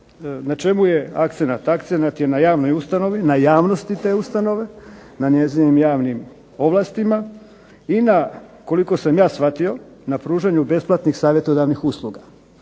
na čemu je akcenat? Akcenat je na javnoj ustanovi, na javnosti te ustanove, na njezinim javnim ovlastima i na, koliko sam ja shvatio, na pružanju besplatnih savjetodavnih usluga.